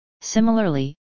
Similarly